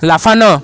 লাফানো